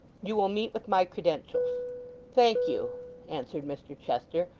you will meet with my credentials thank you answered mr chester,